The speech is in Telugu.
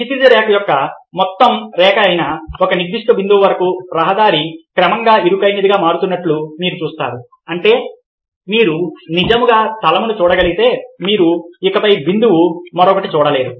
క్షితిజరేఖ యొక్క మొత్తం రేఖ అయిన ఒక నిర్దిష్ట బిందువు వరకు రహదారి క్రమంగా ఇరుకైనదిగా మారుతున్నట్లు మీరు చూస్తారు అంటే మీరు నిజంగా తలమును చూడగలిగితే మీరు ఇకపై బిందువు మరొకటి చూడలేరు